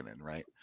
right